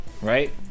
Right